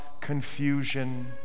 confusion